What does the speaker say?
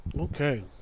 Okay